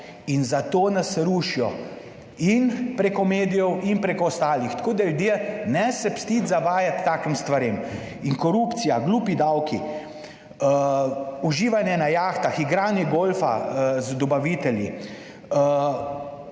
in zato nas rušijo in preko medijev in preko ostalih. Tako, da ljudje ne se pustiti zavajati takim stvarem in korupcija, glupi davki, uživanje na jahtah, igranje golfa z dobavitelji,